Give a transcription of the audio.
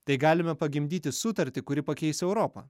tai galime pagimdyti sutartį kuri pakeis europą